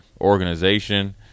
organization